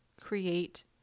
create